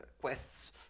quests